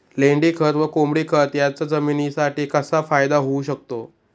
लेंडीखत व कोंबडीखत याचा जमिनीसाठी कसा फायदा होऊ शकतो?